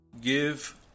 Give